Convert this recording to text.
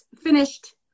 finished